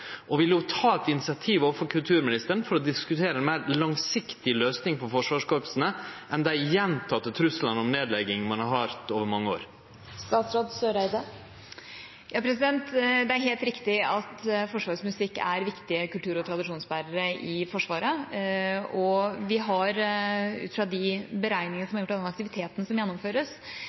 og vil ho ta eit initiativ overfor kulturministeren for å diskutere ei meir langsiktig løysing for forsvarskorpsa enn dei gjentekne truslane om nedlegging ein har høyrt over mange år? Det er helt riktig at Forsvarets musikk er viktige kultur- og tradisjonsbærere i Forsvaret. Og vi har ut fra de beregningene som er gjort av den aktiviteten som gjennomføres,